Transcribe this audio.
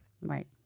Right